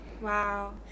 Wow